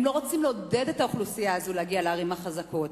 הם לא רוצים לעודד את האוכלוסייה הזאת להגיע לערים החזקות.